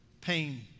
pain